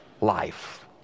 life